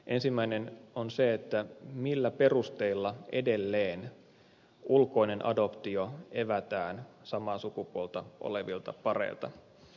ensimmäinen on se millä perusteilla edelleen ulkoinen adoptio evätään samaa sukupuolta olevilta pareilta